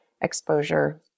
exposure